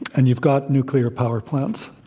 and you've got nuclear power plants.